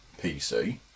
PC